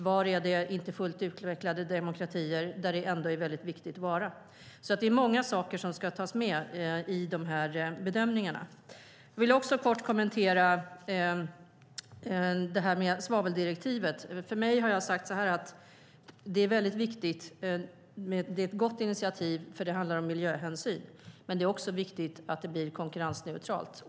Var finns det inte fullt utvecklade demokratier där det ändå är viktigt att vara? Det är många saker som ska tas med i bedömningarna. Jag vill också kort kommentera svaveldirektivet. Det är ett gott initiativ, eftersom det handlar om miljöhänsyn. Men det är också viktigt att det blir konkurrensneutralt.